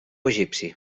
egipci